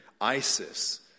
Isis